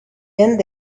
been